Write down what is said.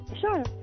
sure